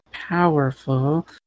powerful